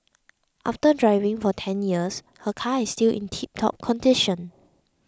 after driving for ten years her car is still in tiptop condition